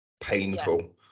painful